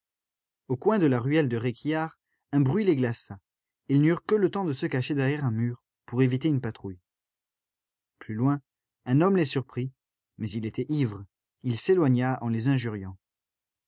au coin de la ruelle de réquillart un bruit les glaça ils n'eurent que le temps de se cacher derrière un mur pour éviter une patrouille plus loin un homme les surprit mais il était ivre il s'éloigna en les injuriant